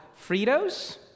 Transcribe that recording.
Fritos